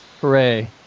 Hooray